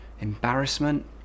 Embarrassment